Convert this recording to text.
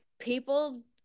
people